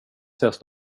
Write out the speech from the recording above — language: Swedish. ses